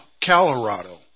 Colorado